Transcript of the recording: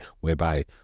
whereby